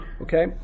Okay